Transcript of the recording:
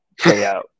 payout